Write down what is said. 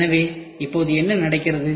எனவே இப்போது என்ன நடக்கிறது